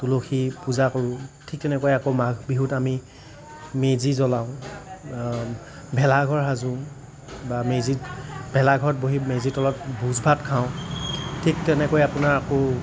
তুলসী পূজা কৰোঁ ঠিক তেনেকৈ আকৌ মাঘ বিহুত আমি মেজি জ্বলাওঁ ভেলাঘৰ সাজোঁ বা মেজিত ভেলাঘৰত বহি মেজি তলত ভোজ ভাত খাওঁ ঠিক তেনেকৈ আপোনাৰ আকৌ